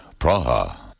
Praha